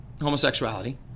homosexuality